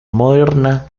moderna